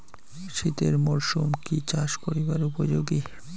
শীতের মরসুম কি চাষ করিবার উপযোগী?